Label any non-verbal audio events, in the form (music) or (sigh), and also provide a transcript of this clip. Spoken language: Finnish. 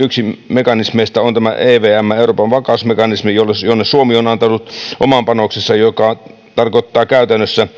mekanismeista on evm euroopan vakausmekanismi jonne jonne suomi on antanut oman panoksensa joka tarkoittaa käytännössä (unintelligible)